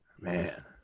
man